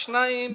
שניים,